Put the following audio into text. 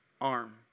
arm